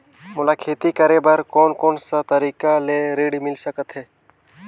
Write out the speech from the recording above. मोला खेती करे बर कोन कोन सा तरीका ले ऋण मिल सकथे?